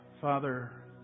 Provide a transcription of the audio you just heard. Father